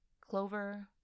clover